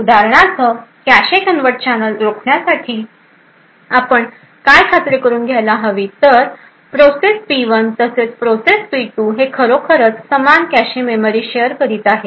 उदाहरणार्थ cache covert channel रोखण्यासाठी आपण काय खात्री करून घ्यायला हवी तर प्रोसेस P1 तसेच प्रोसेस पी 2 हे खरोखरच समान कॅशे मेमरी शेअर करीत आहेत